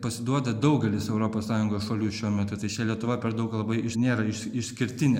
pasiduoda daugelis europos sąjungos šalių šiuo metu tai čia lietuva per daug labai iš nėra iš išskirtinė